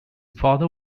father